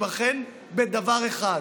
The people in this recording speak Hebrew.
להיבחן בדבר אחד: